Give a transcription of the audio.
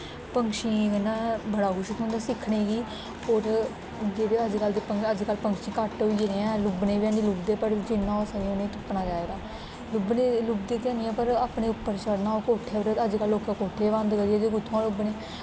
पंक्षियें कन्नै बड़ा कुछ थ्होंदा सिक्खने गी होर जेह्ड़े अज्ज कल दे अज्ज कल दे पंक्षी घट्ट होई गेदे लब्भने गी बी हैनी लभदे पर जिन्ना होई सकै उ'नेंगी तुप्पना चाहिदा लब्भने ते लभदे ते निं ऐ पर अपने उप्पर चढ़ना होऐ कोट्ठे पर अज्ज कल लोकें कोट्ठे बी बंद करी ओड़े दे कुत्थुआं लब्भने